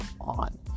on